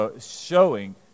showing